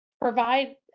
provide